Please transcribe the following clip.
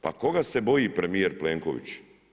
Pa koga se boji premijer Plenković?